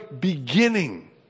beginning